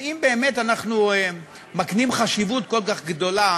אם באמת אנחנו מקנים חשיבות כל כך גדולה